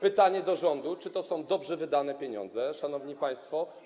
Pytanie do rządu: Czy to są dobrze wydane pieniądze, szanowni państwo?